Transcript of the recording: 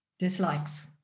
dislikes